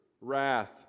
wrath